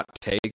take